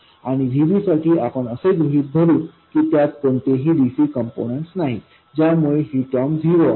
आणि Vb साठी आपण असे गृहीत धरु की त्यात कोणतेही dc कॉम्पोनन्ट्स नाही ज्यामुळे ही टर्म झिरो आहे